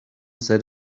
said